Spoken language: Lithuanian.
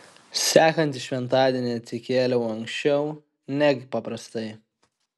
sekantį šventadienį atsikėliau anksčiau neg paprastai